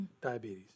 Diabetes